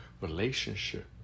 relationship